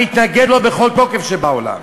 אני אתנגד לו בכל תוקף שבעולם.